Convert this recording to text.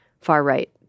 far-right